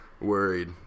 worried